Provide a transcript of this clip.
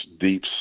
deep